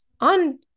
on